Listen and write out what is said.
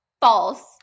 false